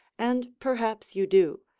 and perhaps you do,